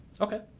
Okay